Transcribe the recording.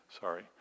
sorry